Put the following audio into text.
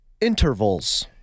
intervals